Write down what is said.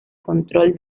control